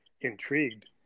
intrigued